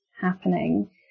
happening